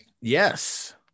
Yes